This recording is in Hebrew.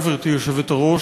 גברתי היושבת-ראש,